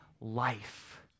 life